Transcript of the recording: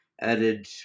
added